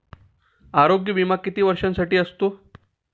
आरोग्य विमा किती वर्षांसाठी असतो?